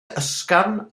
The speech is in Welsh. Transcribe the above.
ysgafn